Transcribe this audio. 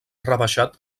rebaixat